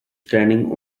standing